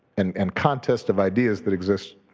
and and contest of ideas that exists